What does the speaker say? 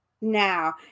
Now